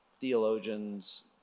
theologians